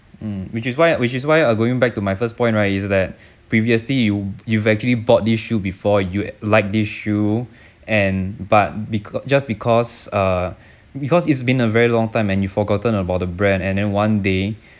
mm which is why which is why are going back to my first point right is that previously you you've actually bought this shoe before you like this shoe and but because just because uh because it's been a very long time and you forgotten about the brand and then one day